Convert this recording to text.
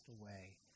away